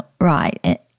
right